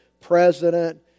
president